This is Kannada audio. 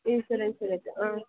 ಇನ್ಸೂರೆನ್ಸ್ ಇರುತ್ತೆ ಹಾಂ